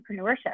entrepreneurship